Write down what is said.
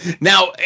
Now